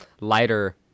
lighter